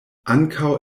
ankaŭ